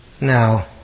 Now